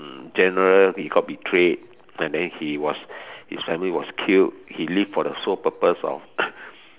general he got betrayed and then he was his family was killed he live for the sole purpose of